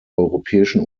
europäischen